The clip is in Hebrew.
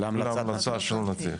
להמלצת נתיב.